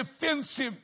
defensive